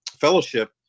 fellowship